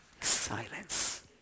silence